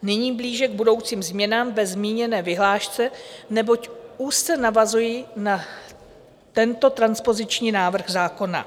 Nyní blíže k budoucím změnám ve zmíněné vyhlášce, neboť úzce navazují na tento transpoziční návrh zákona.